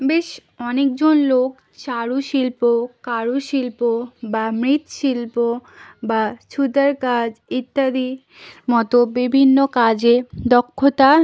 বেশ অনেকজন লোক চারুশিল্প কারুশিল্প বা মৃৎশিল্প বা সুতোর কাজ ইত্যাদির মতো বিভিন্ন কাজে দক্ষতা